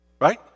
Right